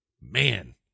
Man